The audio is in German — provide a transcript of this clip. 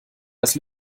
das